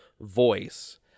voice